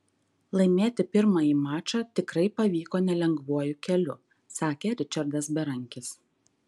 laimėti pirmąjį mačą tikrai pavyko nelengvuoju keliu sakė ričardas berankis